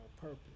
purpose